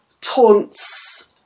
taunts